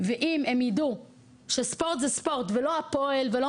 ואם הם ידעו שספורט זה ספורט ולא הפועל ולא